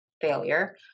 failure